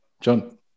John